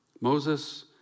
Moses